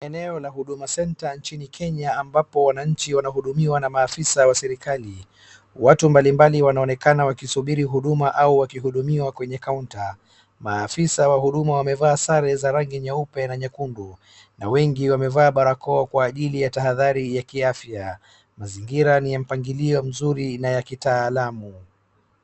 Eneo la Huduma centre nchini Kenya ambapo wananchi wanahudumiwa na maafisa wa serikali. Watu mbali mbali wanaonekana wakisubiri huduma ama wakihudumiwa kwenye counter maafisa wa huduma wamevaa sare za rangi nyeupe na nyekundu, na wengi wamevaa barakoa kwa ajili ya tahadhari ya kiafya . Mazingira ni ya mpangilio mzuri na ya kitaalamu.